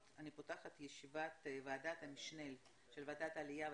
אני פותחת את ישיבת ועדת המשנה של ועדת העלייה,